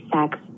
sex